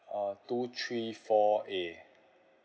uh two three four A